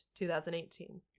2018